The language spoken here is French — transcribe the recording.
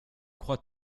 crois